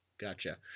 Gotcha